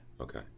Okay